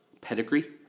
pedigree